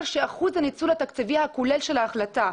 שאחוז הניצול התקציבי הכולל של ההחלטה,